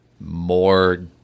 more